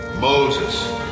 Moses